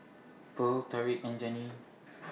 Purl Tariq and Janie